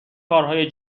کارهای